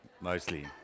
Mostly